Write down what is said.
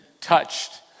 touched